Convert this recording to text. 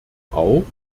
auch